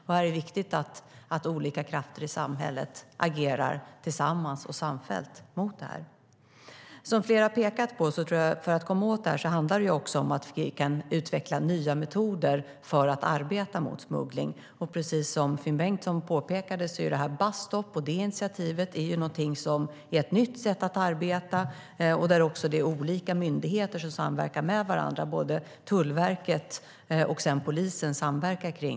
Det är viktigt att olika krafter i samhället agerar samfällt mot detta. Som flera har pekat på måste det utvecklas nya metoder för att arbeta mot smuggling. Precis som Finn Bengtsson påpekade är initiativet Bus Stop ett nytt sätt att arbeta där både Tullverket och polisen samverkar.